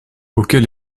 auquel